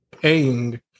paying